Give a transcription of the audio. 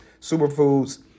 superfoods